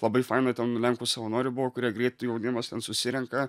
labai faina ten lenkų savanorių buvo kurie greit jaunimas ten susirenka